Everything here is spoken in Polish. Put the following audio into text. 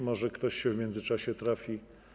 Może ktoś się w międzyczasie trafi.